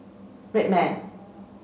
Red Man